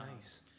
nice